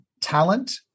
talent